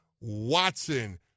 Watson